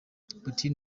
putin